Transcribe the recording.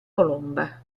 colomba